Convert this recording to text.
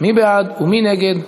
מי בעד ומי נגד?